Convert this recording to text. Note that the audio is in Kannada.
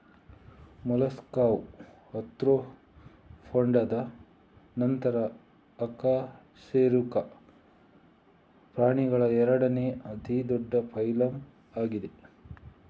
ಮೊಲಸ್ಕಾವು ಆರ್ತ್ರೋಪೋಡಾದ ನಂತರ ಅಕಶೇರುಕ ಪ್ರಾಣಿಗಳ ಎರಡನೇ ಅತಿ ದೊಡ್ಡ ಫೈಲಮ್ ಆಗಿದೆ